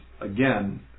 again